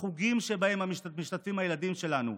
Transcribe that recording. החוגים שבהם משתתפים הילדים שלנו,